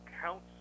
counts